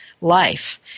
life